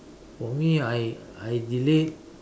for me I I delete